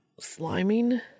sliming